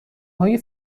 های